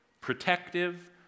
protective